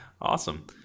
Awesome